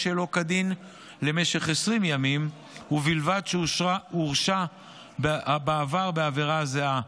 שלא כדין למשך 20 ימים ובלבד שהורשע בעבר בעבירה זהה.